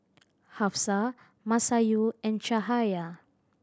Hafsa Masayu and Cahaya